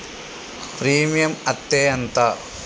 Premium అత్తే ఎంత?